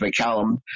McCallum